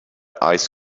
eyes